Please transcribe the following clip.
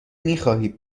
میخواهی